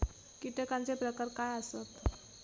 कीटकांचे प्रकार काय आसत?